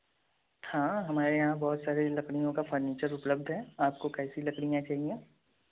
हाँ हमारे यहाँ बहुत सारी लकड़ियों का फर्नीचर उपलब्ध है आपको कैसी लकड़ियाँ चाहिए